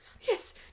yes